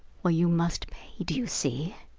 well, you must pay, do you see,